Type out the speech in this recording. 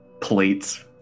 plates